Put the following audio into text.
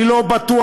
אני לא בטוח,